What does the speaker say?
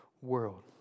world